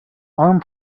arm